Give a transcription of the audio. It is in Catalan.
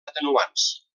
atenuants